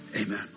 Amen